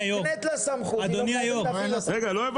מוקנית לה סמכות, היא לא חייבת להפעיל אותה.